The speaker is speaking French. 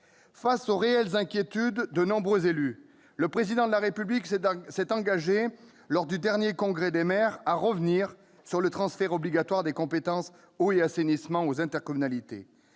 Face aux réelles inquiétudes de nombreux élus, le Président de la République s'est engagé, lors du dernier congrès des maires, à revenir sur le transfert obligatoire des compétences « eau » et « assainissement » aux intercommunalités.